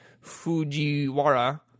Fujiwara